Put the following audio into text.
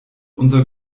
unser